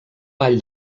ball